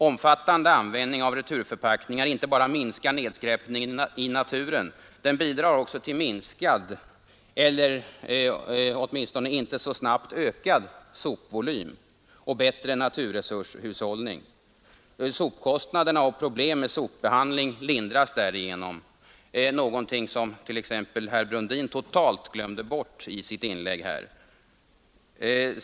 Omfattande användning av returförpackningar inte bara minskar nedskräpningen i naturen utan bidrar också till minskad eller inte så snabbt ökad sopvolym och bättre naturresurshushållning. Sopkostnaderna och problem med sopbehandling lindras därigenom. Det är någonting som t.ex. herr Brundin totalt glömde bort i sitt inlägg.